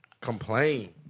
complain